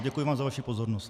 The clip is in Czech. Děkuji vám za vaši pozornost.